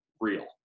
real